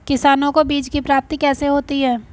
किसानों को बीज की प्राप्ति कैसे होती है?